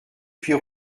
puis